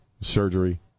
surgery